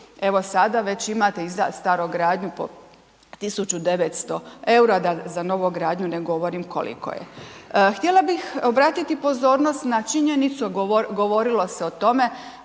evo sada već imate i za starogradnju po 1900 eura, za novogradnju ne govorim koliko je. Htjela bih obratiti pozornost na činjenicu, a govorilo se o tome